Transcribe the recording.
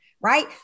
right